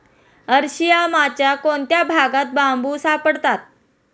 अरशियामाच्या कोणत्या भागात बांबू सापडतात?